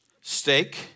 Steak